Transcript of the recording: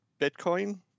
Bitcoin